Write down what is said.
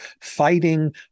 fighting